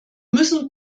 müssen